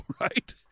right